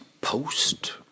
post